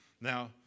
Now